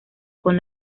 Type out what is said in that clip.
con